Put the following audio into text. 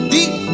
Deep